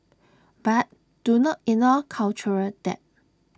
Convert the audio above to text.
but do not ignore cultural debt